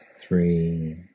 three